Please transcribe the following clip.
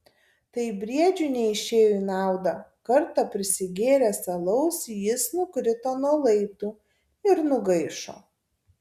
tai briedžiui neišėjo į naudą kartą prisigėręs alaus jis nukrito nuo laiptų ir nugaišo